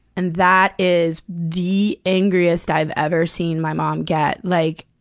and that is the angriest i've ever seen my mom get. like,